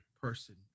person